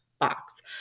box